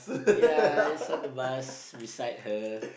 ya it's on the bus beside her